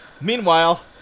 meanwhile